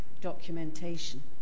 documentation